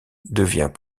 devient